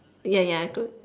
ya ya I could